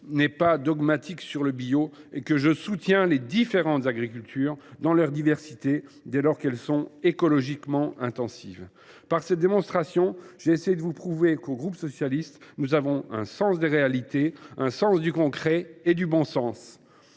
n’est pas dogmatique, et que je soutiens les différentes agricultures, dans leur diversité, dès lors qu’elles sont écologiquement intensives. Par cette démonstration, j’ai essayé de vous prouver qu’au groupe Socialiste, Écologiste et Républicain, nous avons un sens des réalités, un sens du concret et du bon sens.